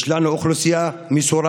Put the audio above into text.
יש לנו אוכלוסייה מסורה,